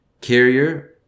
carrier